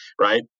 right